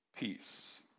peace